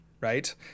right